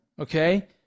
Okay